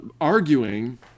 arguing